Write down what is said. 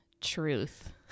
truth